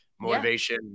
motivation